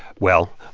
well,